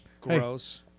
gross